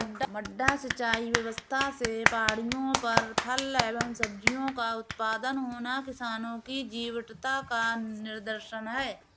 मड्डा सिंचाई व्यवस्था से पहाड़ियों पर फल एवं सब्जियों का उत्पादन होना किसानों की जीवटता का निदर्शन है